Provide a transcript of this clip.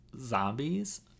zombies